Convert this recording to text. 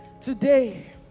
today